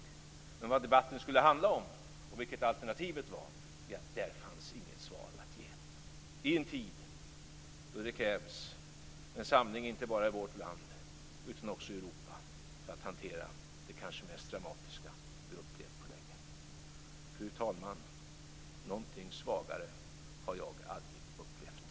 Men när det gäller vad debatten skulle handla om och vilket alternativet var, fanns inget svar att ge, och detta i en tid då det krävs en samling, inte bara i vårt land utan också i Europa, för att hantera det kanske mest dramatiska vi upplevt på länge. Fru talman! Någonting svagare har jag aldrig upplevt.